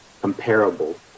comparable